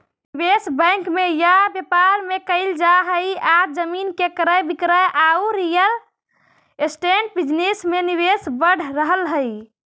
निवेश बैंक में या व्यापार में कईल जा हई आज जमीन के क्रय विक्रय औउर रियल एस्टेट बिजनेस में निवेश बढ़ रहल हई